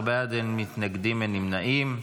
14 בעד, אין מתנגדים, אין נמנעים.